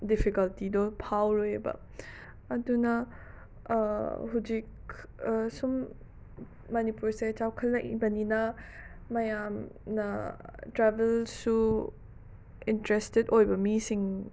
ꯗꯤꯐꯤꯀꯜꯇꯤꯗꯣ ꯐꯥꯎꯔꯣꯏꯕ ꯑꯗꯨꯅ ꯍꯧꯖꯤꯛ ꯁꯨꯝ ꯃꯅꯤꯄꯨꯔꯁꯦ ꯆꯥꯎꯈꯠꯂꯛꯏꯕꯅꯤꯅ ꯃꯌꯥꯝꯅ ꯇ꯭ꯔꯥꯕꯦꯜꯁꯨ ꯏꯟꯇ꯭ꯔꯦꯁꯇꯦꯠ ꯑꯣꯏꯕ ꯃꯤꯁꯤꯡ